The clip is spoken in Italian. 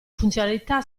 funzionalità